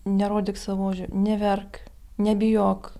nerodyk savo ožių neverk nebijok